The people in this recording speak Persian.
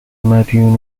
مدیون